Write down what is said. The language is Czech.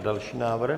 Další návrh.